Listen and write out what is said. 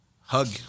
Hug